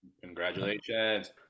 Congratulations